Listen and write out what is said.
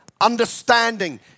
understanding